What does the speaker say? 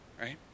right